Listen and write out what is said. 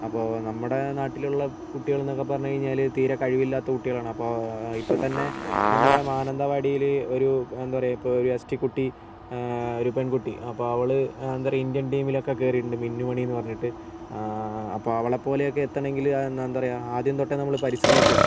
അപ്പോൾ നമ്മുടെ നാട്ടിലുള്ള കുട്ടികളെന്നൊക്കെ പറഞ്ഞുകഴിഞ്ഞാൽ തീരെ കഴിവില്ലാത്ത കുട്ടികളാണ് അപ്പോൾ ഇപ്പൊത്തന്നെ നമ്മുടെ മാനന്തവാടിയിൽ ഒരു എന്താ പറയാ ഒരു എസ് ടി കുട്ടി ഒരു പെൺകുട്ടി അപ്പോൾ അവൾ എന്തപറയാ ഇന്ത്യൻ ടീമിലൊക്കെ കയറിയിട്ടുണ്ട് മിന്നുമണീന്ന് പറഞ്ഞിട്ട് അപ്പോൾ അവളെപ്പോലെയൊക്കെ എത്തണമെങ്കിൽ എന്താ പറയാ ആദ്യം തൊട്ടെ നമ്മൾ പരിശ്രമിക്കണം